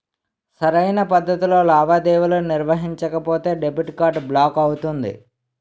సరైన పద్ధతిలో లావాదేవీలు నిర్వహించకపోతే డెబిట్ కార్డ్ బ్లాక్ అవుతుంది